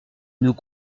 nous